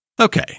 Okay